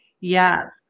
Yes